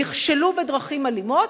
נכשלו בדרכים אלימות,